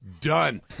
Done